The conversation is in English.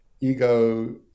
ego